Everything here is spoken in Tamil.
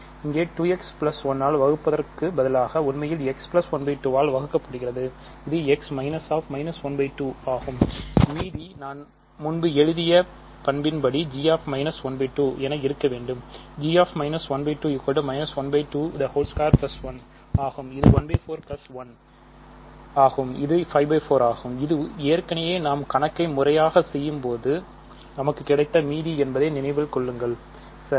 இங்கே 2 x 1 ஆல் வகுப்பதற்கு பதிலாக உண்மையில் x 1 2 ஆல் வகுக்கப்படுகிறது இது x 1 ஆகும் இது 5 4 ஆகும் இது ஏற்கனவே நாம் கணக்கை முறையாக செய்யும் போது நமக்கு கிடைத்த மீதி என்பதை நினைவில் கொள்ளுங்கள் சரி